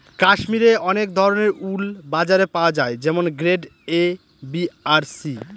কাশ্মিরে অনেক ধরনের উল বাজারে পাওয়া যায় যেমন গ্রেড এ, বি আর সি